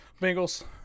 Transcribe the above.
Bengals